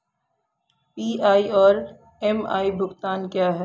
PI और M I भुगतान क्या हैं?